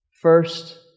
First